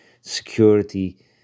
security